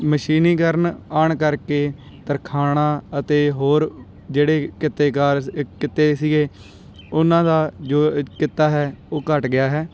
ਮਸ਼ੀਨੀਕਰਨ ਆਉਣ ਕਰਕੇ ਤਰਖਾਣਾਂ ਅਤੇ ਹੋਰ ਜਿਹੜੇ ਕਿੱਤੇ ਕਾਰ ਕਿੱਤੇ ਸੀਗੇ ਉਹਨਾਂ ਦਾ ਜੋ ਕਿੱਤਾ ਹੈ ਉਹ ਘੱਟ ਗਿਆ ਹੈ